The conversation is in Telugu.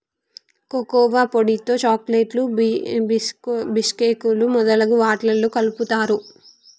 కోకోవా పొడితో చాకోలెట్లు బీషుకేకులు మొదలగు వాట్లల్లా కలుపుతారు